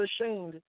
ashamed